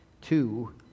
two